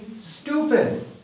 stupid